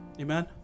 Amen